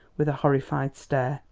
with a horrified stare,